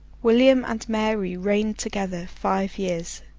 william and mary reigned together, five years.